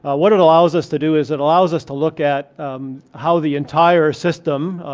ah what it allows us to do is it allows us to look at how the entire system,